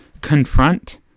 confront